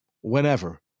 whenever